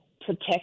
protect